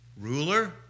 Ruler